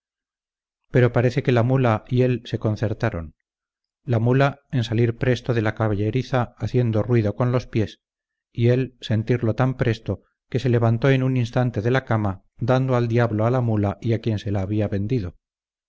pero parece que la mula y él se concertaron la mula en salir presto de la caballeriza haciendo ruido con los pies y él sentirlo tan presto que se levantó en un instante de la cama dando al diablo a la mula y a quien se la había vendido